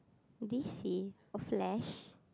DC oh flash